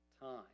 time